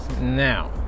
Now